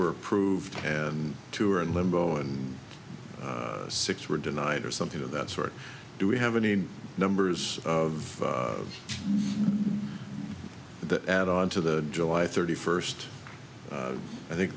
were approved and two are in limbo and six were denied or something of that sort do we have any numbers of that add on to the july thirty first i think